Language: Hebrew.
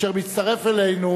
אשר מצטרף אלינו,